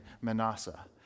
Manasseh